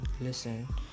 listen